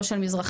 לא של מזרחים,